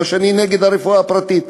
לא שאני נגד הרפואה הפרטית,